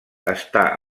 està